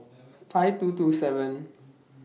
five two two seven